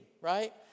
right